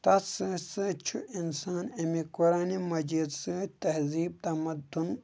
تَتھ سۭتۍ سۭتۍ چھُ اِنسان اَمہِ قرانِ مجیٖد سۭتۍ تہزیٖب تَمَدُن